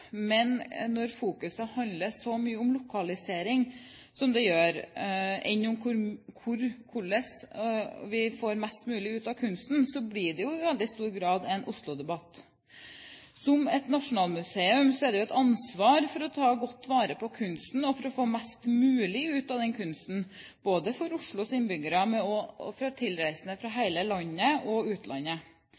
Men når fokus handler så mye om lokalisering som det gjør, mer enn om hvordan vi får mest ut av kunsten, blir det jo i veldig stor grad en Oslo-debatt. Et nasjonalmuseum har ansvar for å ta godt vare på kunsten og få mest mulig ut av kunsten både for Oslos innbyggere og for tilreisende fra hele landet og utlandet.